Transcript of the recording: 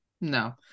No